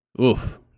Oof